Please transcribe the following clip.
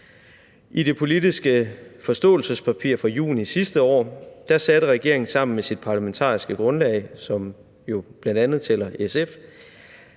I det politiske forståelsespapir fra juni sidste år satte regeringen sammen med sit parlamentariske grundlag, som jo bl.a. tæller SF,